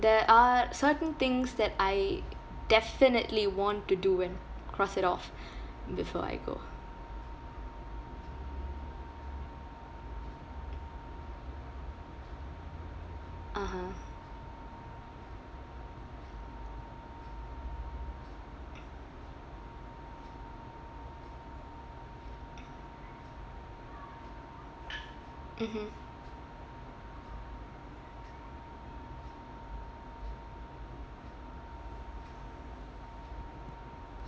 there are certain things that I definitely want to do and cross it off before I go (uh huh) mmhmm